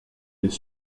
les